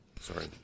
Sorry